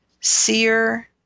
seer